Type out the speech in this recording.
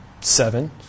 Seven